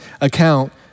account